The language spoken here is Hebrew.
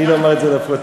לא אומר את זה לפרוטוקול.